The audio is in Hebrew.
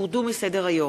הורדו מסדר-היום.